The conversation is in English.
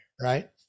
right